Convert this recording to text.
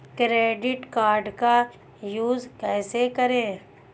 Credit card का use कैसे करें?